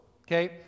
okay